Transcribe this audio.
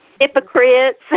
hypocrites